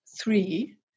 three